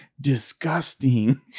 disgusting